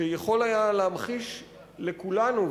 שיכול היה להמחיש לכולנו,